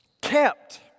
Kept